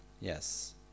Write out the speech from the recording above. Yes